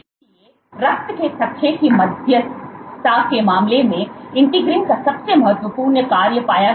इसलिए रक्त के थक्के की मध्यस्थता के मामले में इंटीग्रीन का सबसे महत्वपूर्ण कार्य पाया गया है